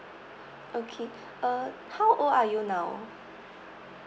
okay uh how old are you now